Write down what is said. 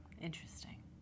Interesting